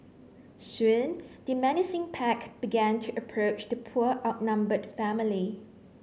soon the menacing pack began to approach the poor outnumbered family